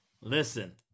Listen